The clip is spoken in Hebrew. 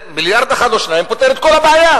מיליארד אחד או שניים פותרים את כל הבעיה,